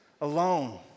alone